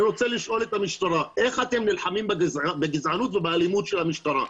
אני רוצה לשאול את המשטרה: איך אתם נלחמים בגזענות ובאלימות של המשטרה?